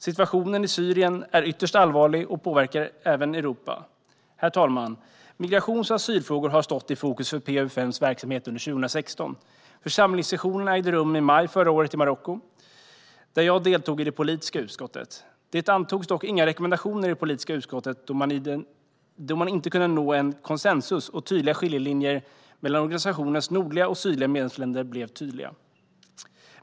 Situationen i Syrien är ytterst allvarlig och påverkar även Europa. Herr talman! Migrations och asylfrågor har stått i fokus för PA-UfM:s verksamhet under 2016. Församlingssessionerna ägde rum i Marocko i maj förra året, och jag deltog i det politiska utskottet. Det antogs dock inga rekommendationer i det politiska utskottet, då man inte kunde nå en konsensus. Skiljelinjerna mellan organisationens nordliga och sydliga medlemsländer blev också tydliga.